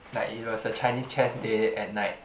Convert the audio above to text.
like it was the Chinese chess day at night